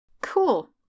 Cool